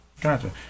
Gotcha